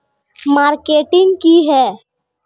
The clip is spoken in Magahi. मार्केटिंग की है?